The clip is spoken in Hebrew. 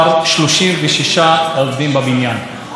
היום נהרגו שלושה, אתמול אחד,